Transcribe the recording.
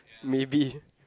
maybe